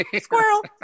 squirrel